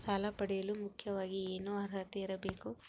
ಸಾಲ ಪಡೆಯಲು ಮುಖ್ಯವಾಗಿ ಏನು ಅರ್ಹತೆ ಇರಬೇಕು?